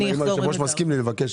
אנחנו נחזור עם עמדת המשרד.